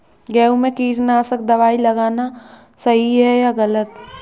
गेहूँ में कीटनाशक दबाई लगाना सही है या गलत?